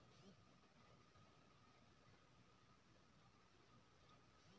खाताधारकक खाता सँ पैसा कटबाक हिसाब डेबिटमे राखल जाइत छै